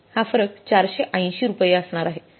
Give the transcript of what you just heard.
हा फरक 480 रुपये असणार आहेत